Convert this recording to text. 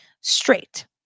Straight